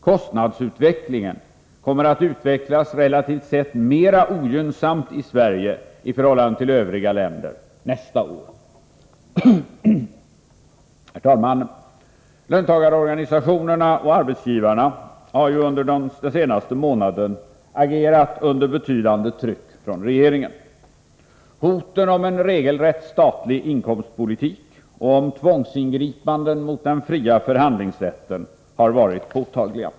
Kostnadsutvecklingen kommer att bli relativt sett mera ogynnsam i Sverige i förhållande till övriga länder nästa år. Herr talman! Löntagarorganisationerna och arbetsgivarna har ju under den senaste månaden agerat under betydande tryck från regeringen. Hoten om en regelrätt statlig inkomstpolitik och om tvångsingripanden mot den fria förhandlingsrätten har varit påtagliga.